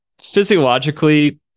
physiologically